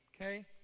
Okay